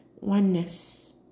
oneness